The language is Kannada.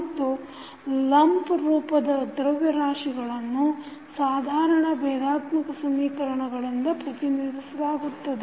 ಮತ್ತು ಲಂಪ್ ರೂಪದ ದ್ರವ್ಯರಾಶಿಗಳನ್ನು ಸಾಧಾರಣ ಭೇದಾತ್ಮಕ ಸಮೀಕರಣಗಳಿಂದ ಪ್ರತಿನಿಧಿಸಲಾಗುತ್ತದೆ